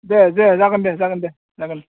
दे दे जागोन दे जागोन दे जागोन